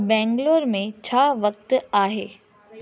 बैंगलोर में छा वक़्तु आहे